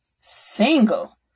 Single